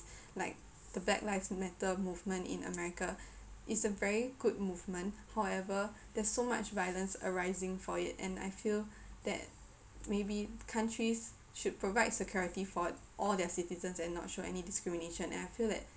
like the black lives matter movement in america it's a very good movement however there's so much violence arising for it and I feel that maybe countries should provide security for all their citizens and not show any discrimination and I feel that